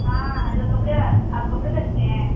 हाँ हैलो कपड़े वा आप कपड़े बेचते हैं